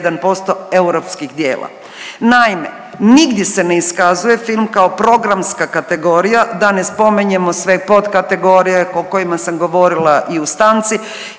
Naime, nigdje se ne iskazuje filma kao programska kategorija, da ne spominjemo sve potkategorije o kojima sam govorila i u stanci,